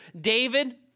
David